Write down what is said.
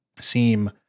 seem